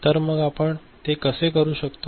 तर मग आपण ते कसे करू शकतो